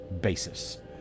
basis